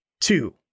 two